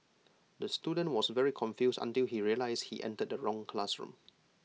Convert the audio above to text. the student was very confused until he realised he entered the wrong classroom